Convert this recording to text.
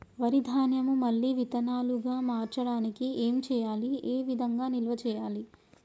వరి ధాన్యము మళ్ళీ విత్తనాలు గా మార్చడానికి ఏం చేయాలి ఏ విధంగా నిల్వ చేయాలి?